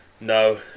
No